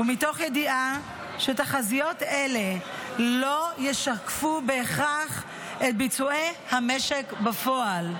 ומתוך ידיעה שתחזיות אלה לא ישקפו בהכרח את ביצועי המשק בפועל.